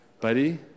buddy